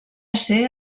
ser